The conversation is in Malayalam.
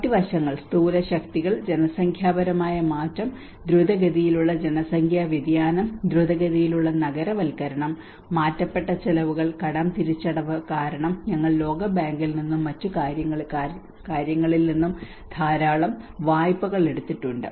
മറ്റ് വശങ്ങൾ സ്ഥൂലശക്തികൾ ജനസംഖ്യാപരമായ മാറ്റം ദ്രുതഗതിയിലുള്ള ജനസംഖ്യാ വ്യതിയാനം ദ്രുതഗതിയിലുള്ള നഗരവൽക്കരണം മാറ്റപ്പെട്ട ചെലവുകൾ കടം തിരിച്ചടവ് കാരണം ഞങ്ങൾ ലോകബാങ്കിൽ നിന്നും മറ്റ് കാര്യങ്ങളിൽ നിന്നും ധാരാളം വായ്പകൾ എടുത്തിട്ടുണ്ട്